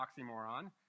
oxymoron